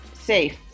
safe